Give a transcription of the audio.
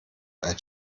als